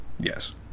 Yes